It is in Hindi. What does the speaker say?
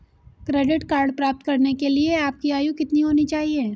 क्रेडिट कार्ड प्राप्त करने के लिए आपकी आयु कितनी होनी चाहिए?